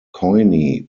coyne